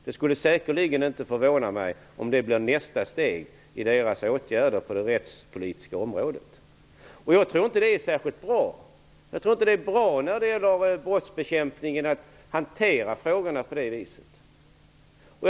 Det skulle inte förvåna mig om det blir nästa steg i deras åtgärder på det rättspolitiska området. Jag tror inte att det är särskilt bra. Det är inte bra att hantera frågorna om brottsbekämpningen på det sättet.